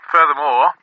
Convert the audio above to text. Furthermore